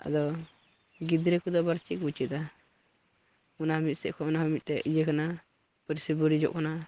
ᱟᱫᱚ ᱜᱤᱫᱽᱨᱟᱹ ᱠᱚᱫᱚ ᱟᱵᱟᱨ ᱪᱮᱫ ᱠᱚᱠᱚ ᱪᱮᱫᱟ ᱚᱱᱟ ᱢᱤᱫᱥᱮᱫ ᱠᱷᱚᱱ ᱚᱱᱟᱦᱚᱸ ᱢᱤᱫᱴᱮᱱ ᱤᱭᱟᱹ ᱠᱟᱱᱟ ᱯᱟᱹᱨᱥᱤ ᱵᱟᱹᱲᱤᱡᱚᱜ ᱠᱟᱱᱟ